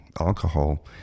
alcohol